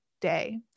day